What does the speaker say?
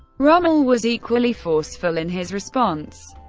rommel was equally forceful in his response,